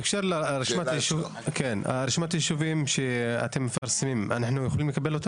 את רשימת היישובים שאתם מפרסמים אנחנו יכולים לקבל?